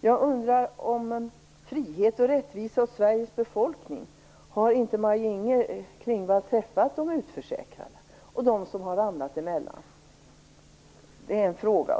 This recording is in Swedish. Jag undrar om frihet och rättvisa åt Sveriges befolkning. Har inte Maj-Inger Klingvall träffat de utförsäkrade och dem som har ramlat mellan stolarna? - Det är en fråga.